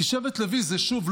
כי שבט לוי זה שוב,